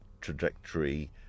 trajectory